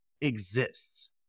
exists